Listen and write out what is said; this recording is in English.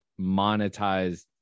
monetized